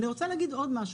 אני רוצה להגיד עוד משהו,